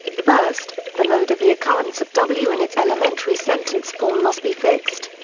first, the mode of the occurrence of w in its elementary sentence form must be fixed.